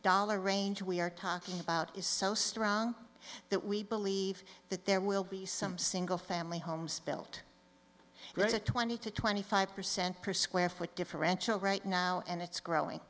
dollar range we are talking about is so strong that we believe that there will be some single family homes built there's a twenty to twenty five percent per square foot differential right now and it's growing